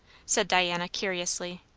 said diana curiously.